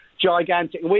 gigantic